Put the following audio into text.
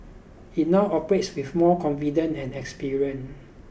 it now operates with more confidence and experience